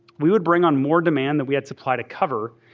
we would bring on more demand than we had supply to cover,